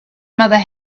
mother